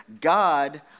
God